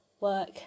work